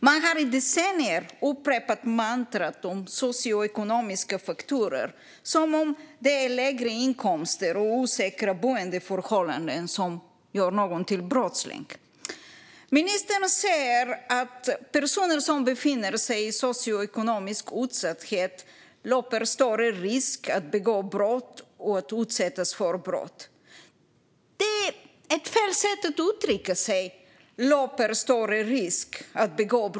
Man har i decennier upprepat mantrat om socioekonomiska faktorer, som om det är lägre inkomster och osäkra boendeförhållanden som gör någon till brottsling. Ministern säger att personer som befinner sig i socioekonomisk utsatthet "löper större risk att begå brott" och att utsättas för brott. Det är fel sätt att uttrycka sig.